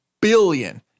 billion